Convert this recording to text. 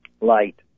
light